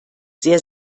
sehr